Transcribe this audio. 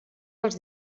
dels